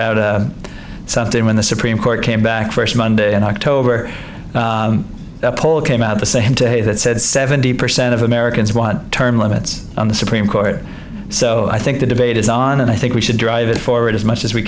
sent out some day when the supreme court came back first monday in october poll came out the same day that said seventy percent of americans want term limits on the supreme court so i think the debate is on and i think we should drive it forward as much as we